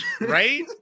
right